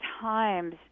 times